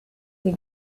sie